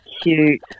cute